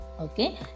Okay